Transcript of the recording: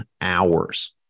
hours